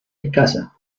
escasa